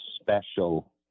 special